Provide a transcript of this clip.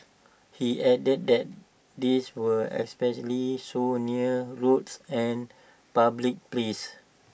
he added that this was especially so near roads and public places